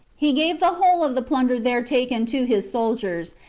he gave the whole of the plunder there taken to his soldiers,